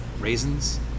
raisins